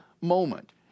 moment